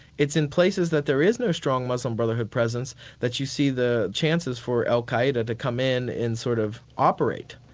it's in places that there is no strong muslim brotherhood presence that you see the chances for al-qa'eda to come in and sort of operate.